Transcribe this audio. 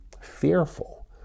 fearful